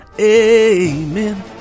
amen